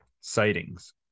sightings